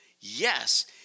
Yes